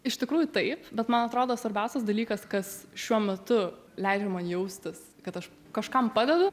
iš tikrųjų taip bet man atrodo svarbiausias dalykas kas šiuo metu leidžia man jaustis kad aš kažkam padedu